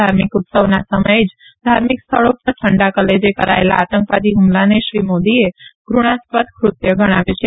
ધાર્મિક ઉત્સવના સમયે ધાર્મિક સ્થળો પર ઠંડા કલેજે કરાયેલા આતંકી હુમલાને શ્રી મોદીએ ધૃણાત્મક કૃત્ય ગણાવ્યું છે